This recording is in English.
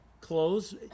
clothes